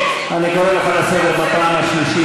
אני קורא אותך לסדר בפעם השלישית.